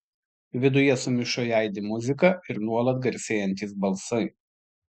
viduje sumišai aidi muzika ir nuolat garsėjantys balsai